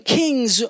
kings